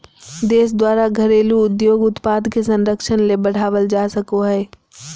देश द्वारा घरेलू उद्योग उत्पाद के संरक्षण ले बढ़ावल जा सको हइ